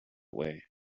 way